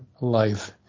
life